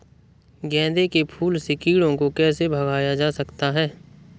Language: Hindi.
गेंदे के फूल से कीड़ों को कैसे भगाया जा सकता है?